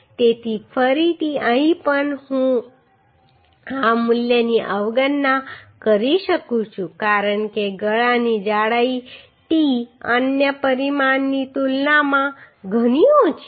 તેથી ફરીથી અહીં પણ હું આ મૂલ્યની અવગણના કરી શકું છું કારણ કે ગળાની જાડાઈ t અન્ય પરિમાણની તુલનામાં ઘણી ઓછી છે